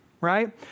right